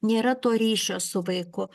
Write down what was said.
nėra to ryšio su vaiku